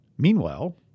Meanwhile